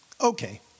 Okay